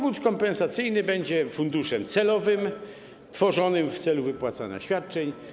Fundusz kompensacyjny będzie funduszem celowym tworzonym w celu wypłacania świadczeń.